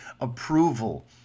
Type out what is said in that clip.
approval